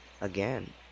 again